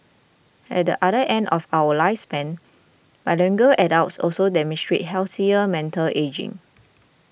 at the other end of our lifespan bilingual adults also demonstrate healthier mental ageing